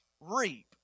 reap